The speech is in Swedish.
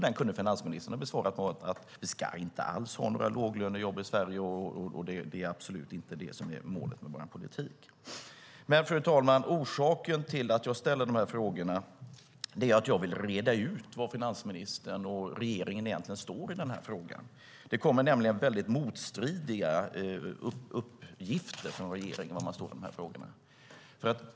Den kunde finansministern ha besvarat med att vi inte ska ha några låglönejobb alls i Sverige, att det absolut inte är målet med regeringens politik. Orsaken, fru talman, till att jag ställer dessa frågor är att jag vill reda ut var finansministern och regeringen egentligen står i de här frågorna. Det kommer nämligen motstridiga uppgifter från regeringen om det.